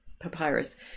papyrus